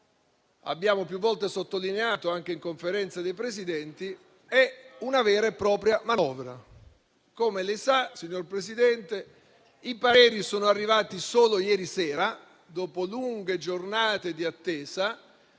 abbiamo più volte sottolineato anche in Conferenza dei Capigruppo - è una vera e propria manovra. Come lei sa, signor Presidente, i pareri sono arrivati solo ieri sera, dopo lunghe giornate di attesa,